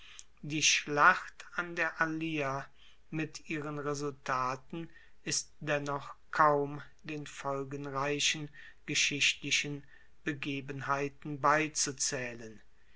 die schlacht an der allia mit ihren resultaten ist dennoch kaum den folgenreichen geschichtlichen begebenheiten beizuzaehlen